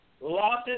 losses